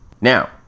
Now